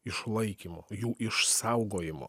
išlaikymo jų išsaugojimo